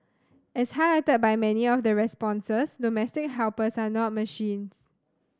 as highlighted by many of the responses domestic helpers are not machines